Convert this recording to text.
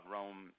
Rome